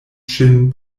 ŝin